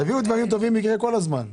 תביאו דברים טובים, וזה יקרה כל הזמן.